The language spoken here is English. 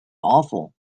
awful